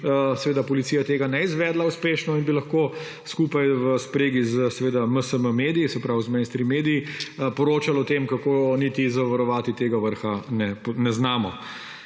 če policija tega ne bi izvedla uspešno in bi lahko skupaj v spregi z MSM mediji, se pravi z mainstream mediji, poročali o tem, kako niti zavarovati tega vrha ne znamo.